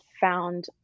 found